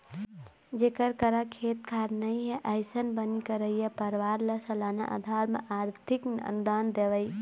जेखर करा खेत खार नइ हे, अइसन बनी करइया परवार ल सलाना अधार म आरथिक अनुदान देवई